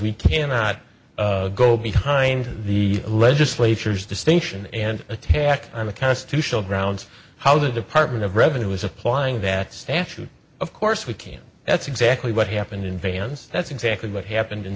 we cannot go behind the legislature's distinction and attack on the constitutional grounds how the department of revenue was applying that statute of course we can't that's exactly what happened in vans that's exactly what happened in